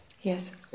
Yes